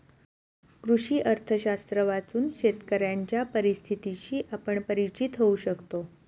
कृषी अर्थशास्त्र वाचून शेतकऱ्यांच्या परिस्थितीशी आपण परिचित होऊ शकतो